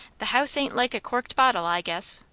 the house ain't like a corked bottle, i guess.